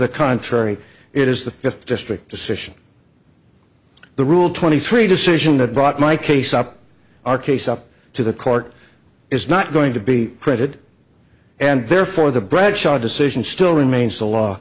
the contrary it is the fifth district decision the rule twenty three decision that brought my case up our case up to the court is not going to be created and therefore the bradshaw decision still